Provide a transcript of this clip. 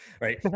right